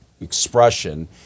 expression